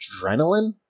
adrenaline